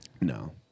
No